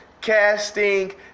casting